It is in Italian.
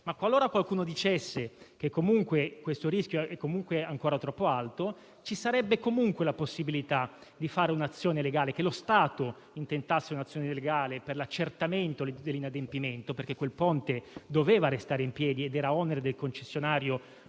qualora qualcuno sostenesse che comunque questo rischio è ancora troppo alto, ci sarebbe la possibilità per lo Stato di intentare un'azione legale per l'accertamento dell'inadempimento, perché quel ponte doveva restare in piedi ed era onere del concessionario